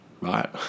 right